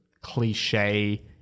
cliche